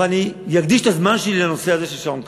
אבל אני אקדיש את הזמן שלי לנושא הזה של שעון קיץ,